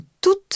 toute